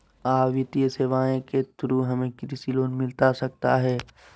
आ वित्तीय सेवाएं के थ्रू हमें कृषि लोन मिलता सकता है?